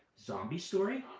zombie story?